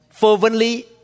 fervently